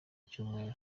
ibyumweru